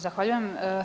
Zahvaljujem.